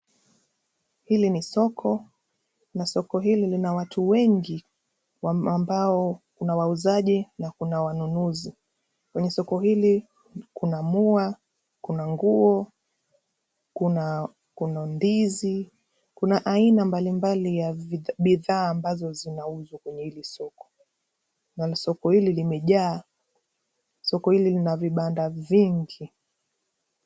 Hili ni soko na soko hili lina watu wengi, ambao kuna wauzaji na kuna wanunuzi. Kwenye soko hili kuna muwa, kuna nguo, kuna, kuna ndizi, kuna aina mbalimbali ya bidhaa ambazo zinauzwa kwenye hili soko. Na soko hili limejaa. Soko hili lina vibanda vingi.